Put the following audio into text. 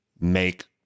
make